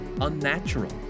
unnatural